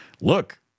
Look